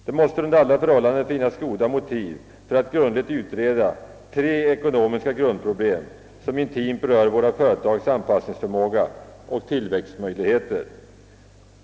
Det måste under alla förhållanden finnas goda motiv för att grundligt utreda tre ekonomiska grundproblem som intimt berör företagens anpassningsförmåga och tillväxtmöjligheter.